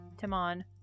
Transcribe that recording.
Timon